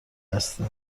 هستی